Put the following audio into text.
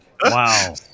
Wow